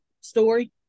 story